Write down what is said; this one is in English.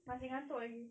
masih ngantuk lagi